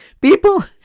People